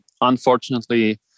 unfortunately